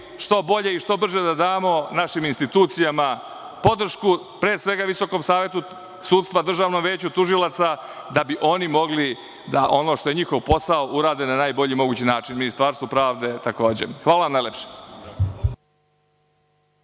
što bolje i što brže da damo našim institucijama podršku, pre svega Visokom savetu sudstva i Državnom veću tužilaca, da bi oni mogli da ono što je njihov posao urade na najbolji mogući način, kao i Ministarstvu pravde takođe. Hvala vam najlepše.